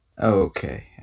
Okay